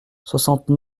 soixante